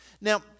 Now